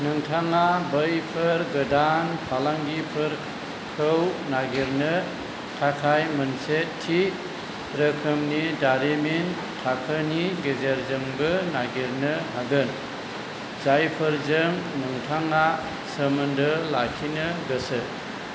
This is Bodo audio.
नोंथाङा बैफोर गोदान फालांगिफोरखौ नागिरनो थाखाय मोनसे थि रोखोमनि दारिमिन थाखोनि गेजेरजोंबो नागिरनो हागोन जायफोरजों नोंथाङा सोमोन्दो लाखिनो गोसो